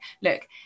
look